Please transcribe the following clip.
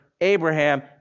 Abraham